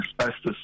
asbestos